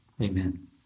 Amen